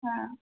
হ্যাঁ